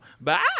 bye